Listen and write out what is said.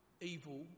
evil